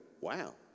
wow